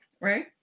Right